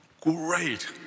great